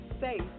safe